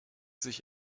sich